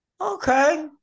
Okay